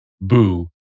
Boo